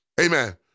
Amen